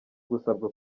gusabwa